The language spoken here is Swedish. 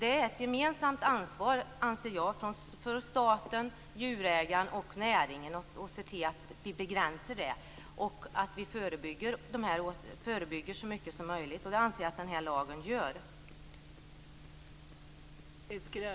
Det är ett gemensamt ansvar för staten, djurägaren och näringen att se till att begränsa den möjligheten och förebygga så mycket som möjligt. Jag anser att lagen gör det.